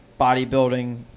bodybuilding